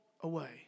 away